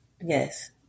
Yes